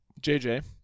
JJ